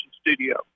studio